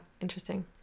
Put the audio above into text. Interesting